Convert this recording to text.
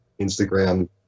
Instagram